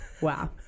Wow